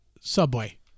Subway